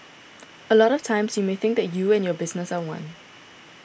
a lot of times you may think that you and your business are one